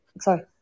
Sorry